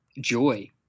joy